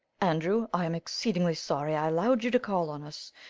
andrew i am exceedingly sorry i allowed you to call on us.